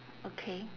okay